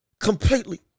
completely